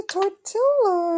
Tortilla